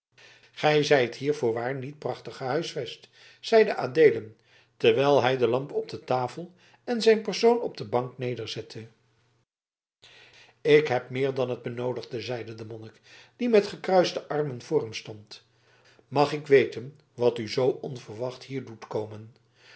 gij zijt hier voorwaar niet prachtig gehuisvest zeide adeelen terwijl hij de lamp op de tafel en zijn persoon op de bank nederzette ik heb meer dan het benoodigde zeide de monnik die met gekruiste armen voor hem stond mag ik weten wat u zoo onverwacht hier doet komen